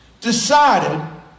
decided